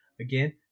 Again